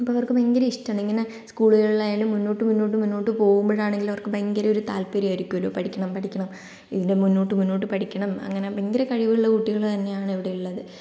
അപ്പോൾ അവർക്ക് ഭയങ്കര ഇഷ്ടമാണ് ഇങ്ങനെ സ്കൂളുകളിലായാലും മുന്നോട്ടു മുന്നോട്ടു മുന്നോട്ടു പോകുമ്പോഴാണെങ്കിലും അവർക്ക് ഭയങ്കര ഒരു താല്പര്യം ആയിരിക്കുമല്ലോ പഠിക്കണം പഠിക്കണം ഇതിൻ്റെ മുന്നോട്ടു മുന്നോട്ടു പഠിക്കണം അങ്ങനെ ഭയങ്കര കഴിവുള്ള കുട്ടികൾ തന്നെയാണ് ഇവിടെയുള്ളത്